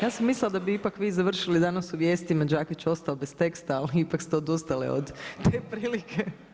Ja sam mislila da bi ipak vi završili danas u vijestima „ Đakić ostao bez teksta “ ali ipak ste odustali od te prilike.